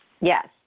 Yes